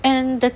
and